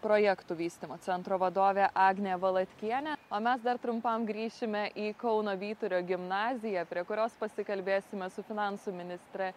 projektų vystymo centro vadovė agnė valatkienė o mes dar trumpam grįšime į kauno vyturio gimnaziją prie kurios pasikalbėsime su finansų ministre